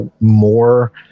more